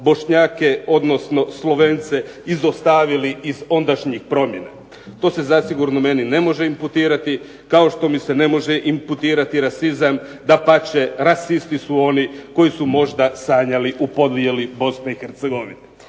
Bošnjake, odnosno Slovence izostavili iz ondašnjih promjena? To se zasigurno meni ne može imputirati kao što mi se ne može imputirati rasizam. Dapače, rasisti su oni koji su možda sanjali u podjeli BiH.